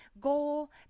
goal